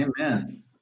Amen